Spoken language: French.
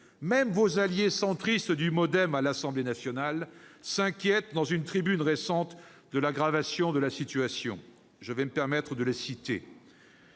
Même vos alliés centristes du Modem à l'Assemblée nationale s'inquiètent, dans une tribune récente, de l'aggravation de la situation. Je vais me permettre de les citer